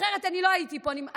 אחרת אני לא הייתי פה.